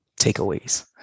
takeaways